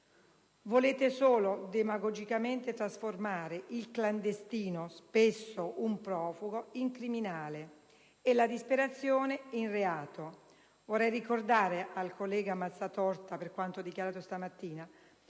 Volete solo demagogicamente trasformare il clandestino, spesso un profugo, in criminale e la disperazione in reato. Vorrei ricordare al collega Mazzatorta, per quanto dichiarato stamattina,